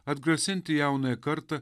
atgrasinti jaunąją kartą